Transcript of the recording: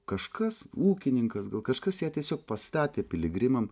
kažkas ūkininkas gal kažkas ją tiesiog pastatė piligrimam